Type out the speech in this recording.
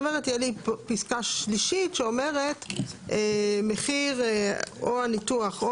אומרת שתהיה פה פסקה שלישית שאומרת שמחיר או הניתוח או